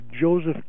Joseph